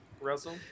russell